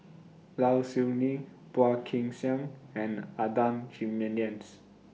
Low Siew Nghee Phua Kin Siang and Adan Jimenez